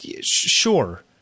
Sure